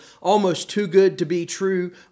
almost-too-good-to-be-true